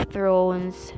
Thrones